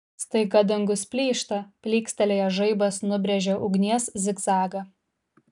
staiga dangus plyšta plykstelėjęs žaibas nubrėžia ugnies zigzagą